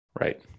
Right